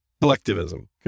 collectivism